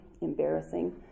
embarrassing